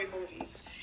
movies